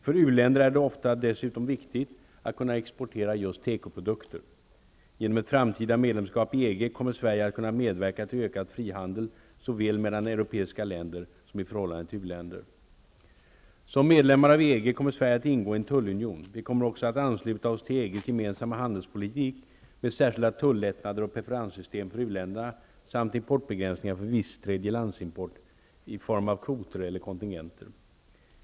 För u-länder är det ofta dessutom viktigt att kunna exportera just tekoprodukter. Genom ett framtida medlemskap i EG kommer Sverige att kunna medverka till ökad frihandel såväl mellan europeiska länder som i förhållande till u-länder. Som medlem av EG kommer Sverige att ingå i en tullunion. Vi kommer också att ansluta oss till EG:s gemensamma handelspolitik med särskilda tullättnader och preferenssystem för u-länderna samt importbegränsningar för viss tredjelandsimport i form av kvoter eller kontingenter.